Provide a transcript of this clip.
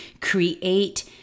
create